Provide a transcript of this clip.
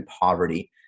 poverty